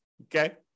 okay